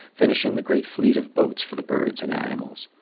finishing the great fleet of boats for the birds and animals.